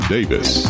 Davis